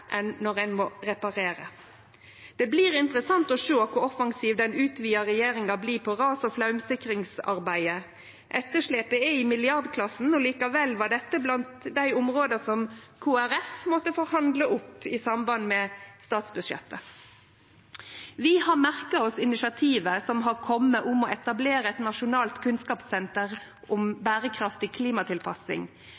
enn når ein må reparere. Det blir interessant å sjå kor offensiv den utvida regjeringa blir når det gjeld ras- og flaumsikringsarbeidet. Etterslepet er i milliardklassen, likevel var dette blant dei områda som Kristeleg Folkeparti måtte forhandle opp i samband med statsbudsjettet. Vi har merka oss initiativet som har kome om å etablere eit nasjonalt kunnskapssenter om